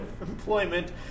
employment